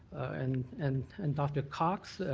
and and and dr. cox,